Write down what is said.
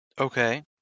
Okay